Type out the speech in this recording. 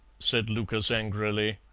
said lucas angrily.